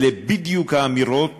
אלה בדיוק האמירות